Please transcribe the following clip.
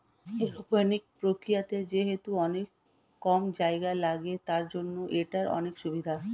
aeroponics প্রক্রিয়াতে যেহেতু অনেক কম জায়গা লাগে, তার জন্য এটার অনেক সুভিধা